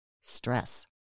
Stress